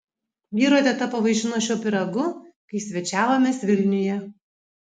vyro teta pavaišino šiuo pyragu kai svečiavomės vilniuje